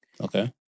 Okay